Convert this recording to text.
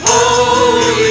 Holy